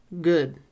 good